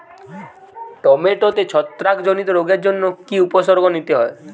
টমেটোতে ছত্রাক জনিত রোগের জন্য কি উপসর্গ নিতে হয়?